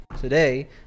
Today